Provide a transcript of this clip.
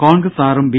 കോൺഗ്രസ് ആറും ബി